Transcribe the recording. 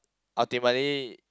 ultimately